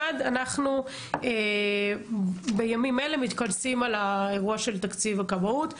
1. אנחנו בימים אלה מתכנסים על האירוע של תקציב הכבאות,